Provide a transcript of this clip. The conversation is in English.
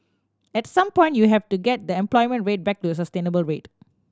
at some point you have to get the unemployment rate back to the sustainable rate